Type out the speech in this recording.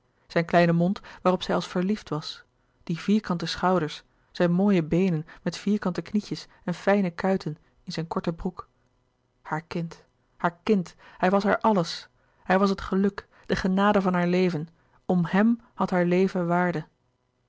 zijn kleine mond waarop zij als verliefd was die vierkante schouders zijn mooie beenen met vierkante knietjes en fijne kuiten in zijn korten broek haar kind haar kind hij was haar alles hij was het geluk de genade van haar leven om hem had haar leven waarde